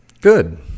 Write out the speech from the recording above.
Good